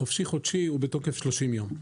חופשי חודשי הוא בתוקף 30 יום,